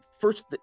first